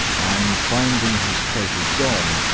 and, finding his treasure gone,